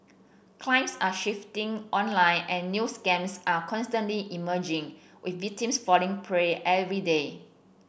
claims are shifting online and new scams are constantly emerging with victims falling prey every day